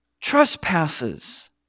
trespasses